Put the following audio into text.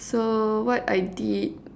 so what I did